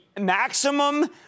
maximum